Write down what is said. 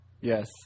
Yes